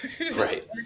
Right